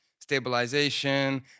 Stabilization